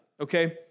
okay